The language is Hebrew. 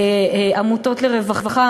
עמותות לרווחה,